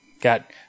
Got